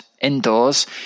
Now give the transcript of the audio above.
indoors